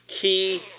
key